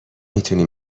میتونی